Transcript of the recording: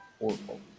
horrible